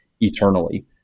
eternally